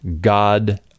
God